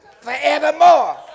forevermore